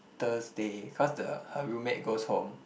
Thursday cause the her roommate goes home